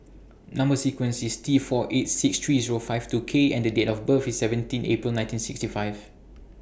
Number sequence IS T four eight six three O five two K and Date of birth IS seventeen April nineteen sixty five